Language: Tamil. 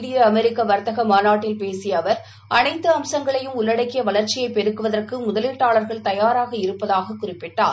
இந்திய அமெரிக்கவர்த்தகமாநாட்டில் பேசியஅவர் அனைத்துஅம்சங்களையும் உள்ளடக்கியவளர்ச்சியைபெருக்குவதற்குமுதலீட்டாளர்கள் தயாராக இருப்பதாககுறிப்பிட்டார்